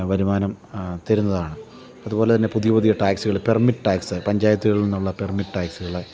വരുമാനം തരുന്നതാണ് അതുപോലെത്തന്നെ പുതിയ പുതിയ ട്ടാക്സ്കൾ പെർമിറ്റ് ട്ടാക്സ് പഞ്ചായത്തുകളിൽനിന്നുള്ള പെർമിറ്റ് ട്ടാക്സ്കൾ